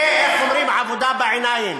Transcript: זה, איך אומרים, עבודה בעיניים.